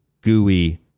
gooey